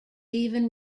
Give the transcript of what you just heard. even